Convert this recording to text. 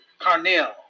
Carnell